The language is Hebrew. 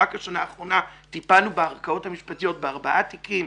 רק השנה האחרונה טיפלנו בערכאות המשפטיות בארבעה תיקים